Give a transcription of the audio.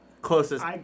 Closest